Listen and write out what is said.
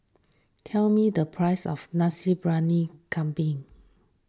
tell me the price of Nasi Briyani Kambing